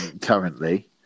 currently